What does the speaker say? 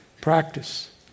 Practice